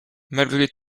malgré